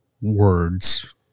words